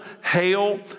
hail